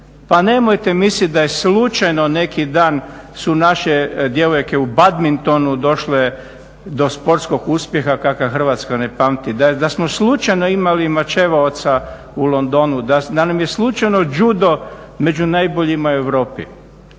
Pa nemojte misliti da je slučajno neki dan su naše djevojke u badmintonu došle do sportskog uspjeha kakav Hrvatska ne pamti, da smo slučajno imali mačevaoca u Londonu, da nam je slučajno judo među najboljima u Europi.